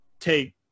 take –